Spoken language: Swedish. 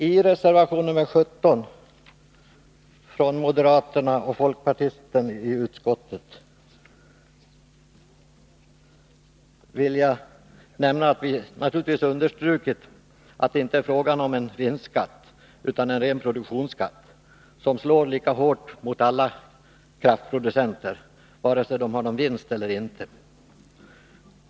I reservation nr 17 från moderaterna och folkpartisten i utskottet har vi understrukit att det här inte är fråga om en vinstskatt, utan om en ren produktionsskatt. Den slår lika hårt mot alla kraftproducenter, vare sig de har någon vinst eller inte.